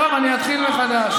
טוב, אני אתחיל מחדש.